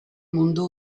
mundu